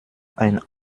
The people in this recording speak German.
ein